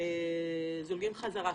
וזולגים חזרה.